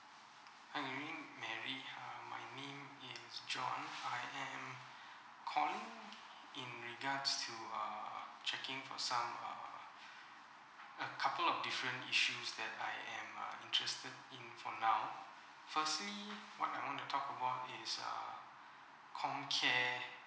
hi good evening mary uh my name is john I am calling in regards to uh checking for some uh a couple of different issues that I am uh interested in for now firstly what I want to talk about is uh comcare